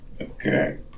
Okay